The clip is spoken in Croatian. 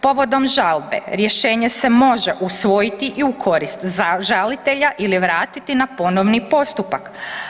Povodom žalbe rješenje se može usvojiti i u korist žalitelja ili vratiti na ponovni postupak.